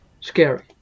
scary